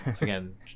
again